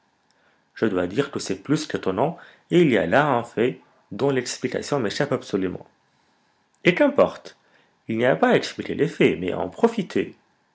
je dois dire que c'est plus qu'étonnant et il y a là un fait dont l'explication m'échappe absolument eh qu'importe il n'y a pas à expliquer les faits mais à en profiter